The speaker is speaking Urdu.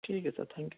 ٹھیک ہے سر تھینک یو